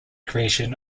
creation